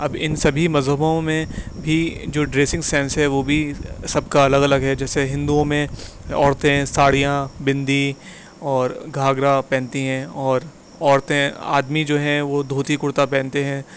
اب ان سبھی مذہبوں میں بھی جو ڈریسنگ سینس ہے وہ بھی سب کا الگ الگ ہے جیسے ہندوؤں میں عورتیں ساڑیاں بندی اور گھاگرا پہنتی ہیں اور عورتیں آدمی جو ہیں وہ دھوتی کرتہ پہنتے ہیں